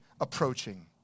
approaching